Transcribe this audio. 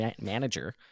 manager